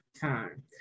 time